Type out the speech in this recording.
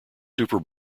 super